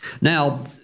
Now